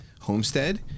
homestead